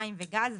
מים וגז,